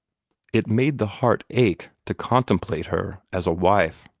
it made the heart ache to contemplate her as a wife.